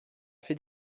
fait